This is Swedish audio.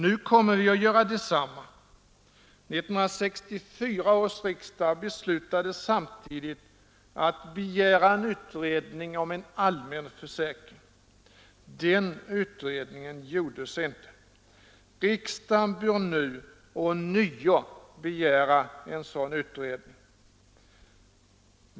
Nu kommer vi att göra detsamma. 1964 års riksdag beslutade samtidigt att begära en utredning om en allmän försäkring. Den utredningen gjordes inte. Riksdagen bör nu ånyo begära en sådan utredning.